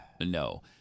No